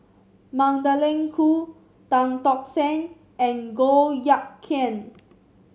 Magdalene Khoo Tan Tock Seng and Goh Eck Kheng